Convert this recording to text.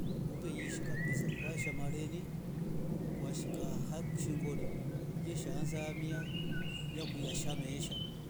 Umbe iishi kabisa ukasja mareni kwashika ha koshingoni yesha amia ye kuiya shamesho.